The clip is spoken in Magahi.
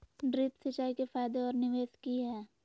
ड्रिप सिंचाई के फायदे और निवेस कि हैय?